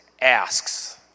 asks